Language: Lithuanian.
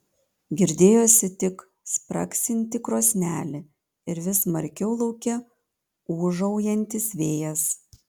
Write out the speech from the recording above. girdėjosi tik spragsinti krosnelė ir vis smarkiau lauke ūžaujantis vėjas